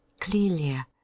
Clelia